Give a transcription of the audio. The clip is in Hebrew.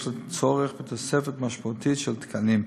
יש צורך בתוספת משמעותית של תקנים.